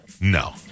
No